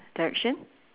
direction